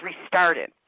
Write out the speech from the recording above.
restarted